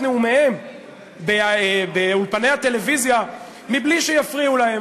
נאומיהם באולפני הטלוויזיה מבלי שיפריעו להם,